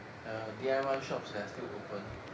err D_I_Y shops that are still open